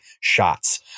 shots